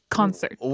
concert